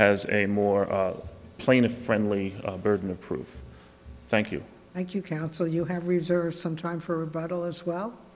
has a more plaintiff friendly burden of proof thank you thank you counsel you have reserved some time for a battle as well